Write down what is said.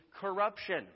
corruption